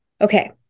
okay